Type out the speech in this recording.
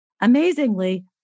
Amazingly